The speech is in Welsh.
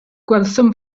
gwelsom